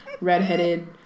redheaded